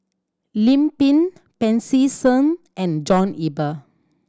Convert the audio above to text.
Lim Pin Pancy Seng and John Eber